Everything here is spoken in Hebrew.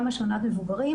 וגם השמנת מבוגרים,